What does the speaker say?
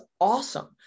awesome